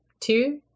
two